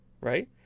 right